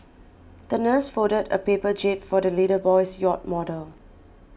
the nurse folded a paper jib for the little boy's yacht model